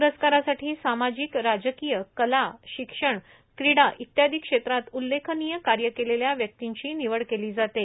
प्रस्कारासाठी सामाजिक राजकीय कला शिक्षण क्रीडा इत्यादी क्षेत्रात उल्लेखनीय कार्य केलेल्या व्यक्तींची निवड केली जाते